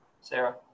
Sarah